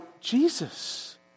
Jesus